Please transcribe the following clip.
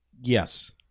Yes